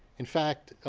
in fact,